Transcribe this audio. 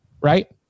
right